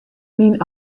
myn